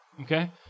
Okay